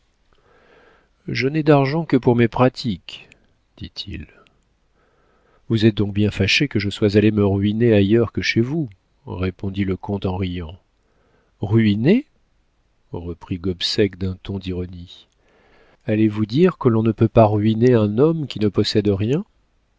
je n'ai d'argent que pour mes pratiques dit-il vous êtes donc bien fâché que je sois allé me ruiner ailleurs que chez vous répondit le comte en riant ruiner reprit gobseck d'un ton d'ironie allez-vous dire que l'on ne peut pas ruiner un homme qui ne possède rien